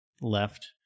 left